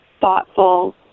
thoughtful